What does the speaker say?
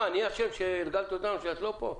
אני אשם שהרגלת אותנו שאת לא פה?